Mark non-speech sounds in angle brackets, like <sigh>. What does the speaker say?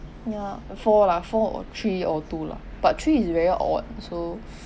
ya four lah four or three or two lah but three is very odd so <breath>